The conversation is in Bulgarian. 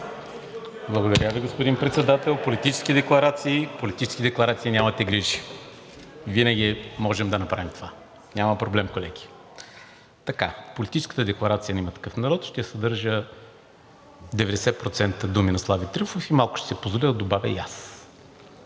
Благодаря Ви, господин Председател. Политически декларации! Политически декларации – нямате грижи, винаги можем да направим, няма проблем. Политическата декларация на „Има такъв народ“ ще съдържа 90% думи на Слави Трифонов, след малко ще си позволя да добавя и аз.